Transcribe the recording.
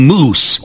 Moose